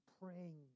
praying